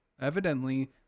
evidently